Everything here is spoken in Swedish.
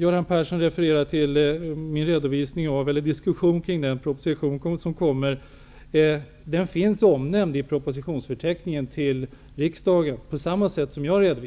Göran Persson refererar till min diskussion kring den proposition som kommer. Den finns omnämnd i förteckningen över propositioner till riksdagen, där det står att den